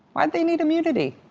why did they need immunity?